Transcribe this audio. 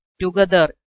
together